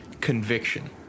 Conviction